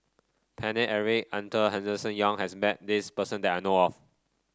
Paine Eric Arthur Henderson Young has met this person that I know of